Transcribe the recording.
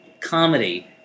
comedy